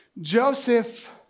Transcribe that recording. Joseph